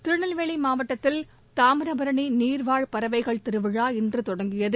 திருநெல்வேலிமாவட்டத்தில் தாமிரபணிநீழ்வாழ் பறவைகள் திருவிழா இன்றுதொடங்கியது